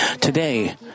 Today